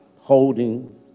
holding